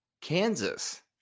Kansas